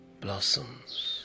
blossoms